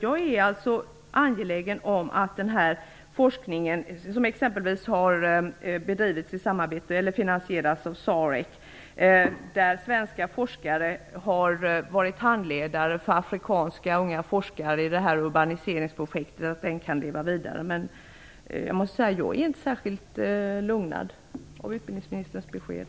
Jag är angelägen om att den forskning som har finansierats av SAREC och där svenska forskare har varit handledare för afrikanska unga forskare i urbaniseringsprojektet skall kunna leva vidare. Men jag är inte särskilt lugnad av utbildningsministerns besked.